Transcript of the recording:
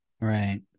Right